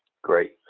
great.